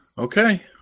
Okay